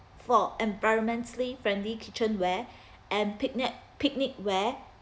for environmentally friendly kitchenware and picnic picnicware